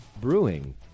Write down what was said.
Brewing